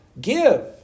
Give